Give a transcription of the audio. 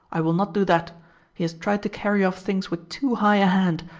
i will not do that he has tried to carry off things with too high a hand.